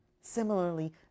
Similarly